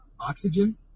Oxygen